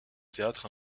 théâtre